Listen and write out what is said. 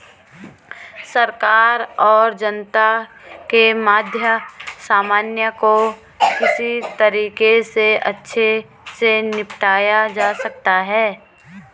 सरकार और जनता के मध्य समन्वय को किस तरीके से अच्छे से निपटाया जा सकता है?